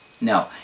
No